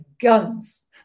guns